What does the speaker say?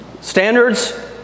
standards